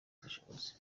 bushobozi